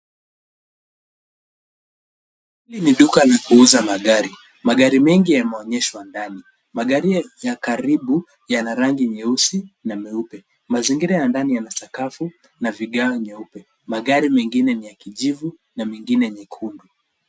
Hili ni duka likiuza magari. Magari mengi yameonyeshwa ndani. Magari ya karibu yana rangi nyeusi na meupe. Mazingira ya ndani yana sakafu na vigae nyeupe. Magari mengine ni ya kijivu na mengine nyekundu.